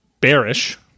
bearish